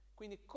Quindi